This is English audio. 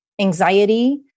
anxiety